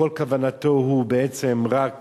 וכל כוונתו היא בעצם רק